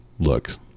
looks